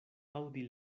aŭdi